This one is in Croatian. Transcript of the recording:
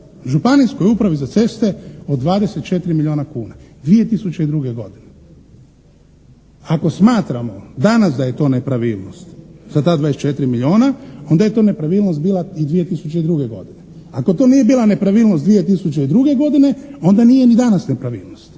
županijskoj upravi za ceste od 24 milijuna kuna. 2002. godine. Ako smatramo danas da je to nepravilnost za ta 24 milijuna onda je to nepravilnost bila i 2002. godine. Ako to nije bila nepravilnost 2002. godine onda nije ni danas nepravilnost.